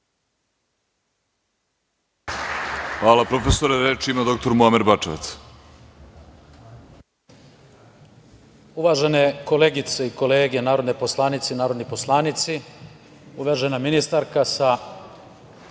Hvala profesore. Reč ima dr Muamer Bačevac.